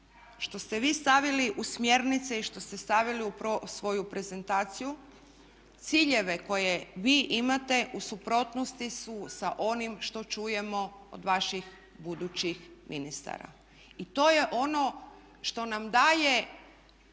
što ste vi stavili u smjernice i što ste stavili u svoju prezentaciju, ciljeve koje vi imate u suprotnosti su sa onim što čujemo od vaših budućih ministara. I to je ono što nam daje